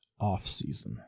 offseason